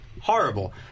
Horrible